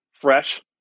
fresh